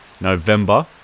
November